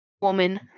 woman